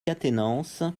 quatennens